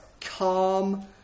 calm